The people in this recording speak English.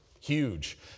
Huge